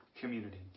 community